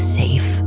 safe